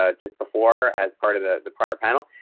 ah just before as part of the the prior panel.